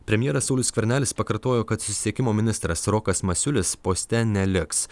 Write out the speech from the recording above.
premjeras saulius skvernelis pakartojo kad susisiekimo ministras rokas masiulis poste neliks